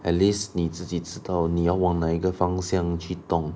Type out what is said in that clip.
at least 你自己知道你要往哪一个方向去懂